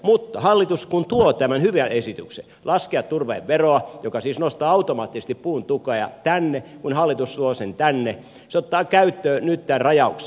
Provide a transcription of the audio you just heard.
mutta kun hallitus tuo tänne tämän hyvän esityksen laskea turpeen veroa joka siis nostaa automaattisesti puun tukea se ottaa käyttöön nyt tämän rajauksen